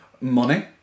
Money